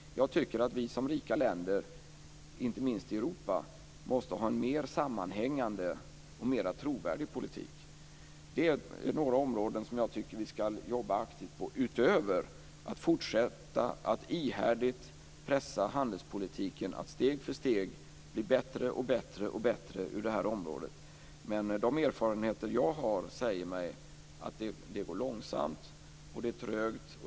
Jag tycker att vi i de rika länderna, inte minst i Europa, måste ha en mer sammanhängande och mer trovärdig politik. Det är några områden som jag tycker att vi ska jobba aktivt på, utöver att fortsätta att ihärdigt pressa handelspolitiken att steg för steg bli bättre och bättre på detta område. De erfarenheter som jag har säger mig att det går långsamt och att det är trögt.